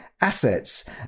assets